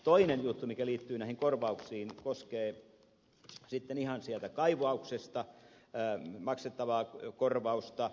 toinen juttu mikä liittyy näihin korvauksiin koskee sitten ihan sieltä kaivauksesta maksettavaa korvausta